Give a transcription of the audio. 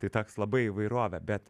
tai toks labai įvairovė bet